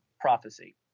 prophecy